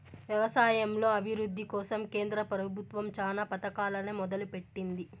వ్యవసాయంలో అభివృద్ది కోసం కేంద్ర ప్రభుత్వం చానా పథకాలనే మొదలు పెట్టింది